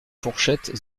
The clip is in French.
fourchettes